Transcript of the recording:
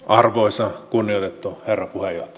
arvoisa kunnioitettu herra